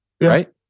right